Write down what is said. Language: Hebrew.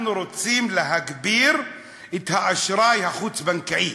אנחנו רוצים להגביר את האשראי החוץ-בנקאי,